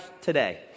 today